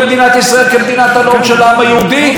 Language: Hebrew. במדינת ישראל כמדינת הלאום של העם היהודי?